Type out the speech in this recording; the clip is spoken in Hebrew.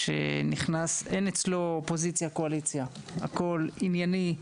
אין אצלנו אופוזיציה וקואליציה, הכול ענייני.